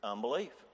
unbelief